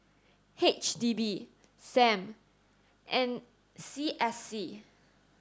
H D B Sam and C S C